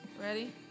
Ready